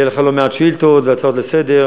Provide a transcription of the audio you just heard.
יהיו לך לא מעט שאילתות והצעות לסדר-היום